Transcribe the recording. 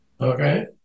Okay